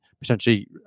potentially